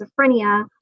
schizophrenia